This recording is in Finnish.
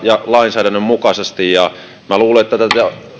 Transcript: lainsäädännön mukaisesti minä luulen että tätä lainsäädäntöä joudutaan